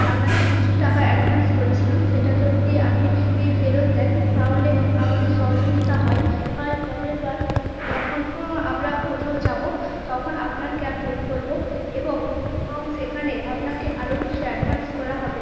আপনাকে কিছু টাকা অ্যাডভান্স করেছিলাম সেটা যদি আপনি এই ফেরত দেন তাহলে আমাদের সহযোগিতা হয় পরেরবার যখন আমরা কোথাও যাবো তখন আপনার ক্যাব বুক করবো এবং সেখানে আপনাকে আরও কিছু অ্যাডভান্স করা হবে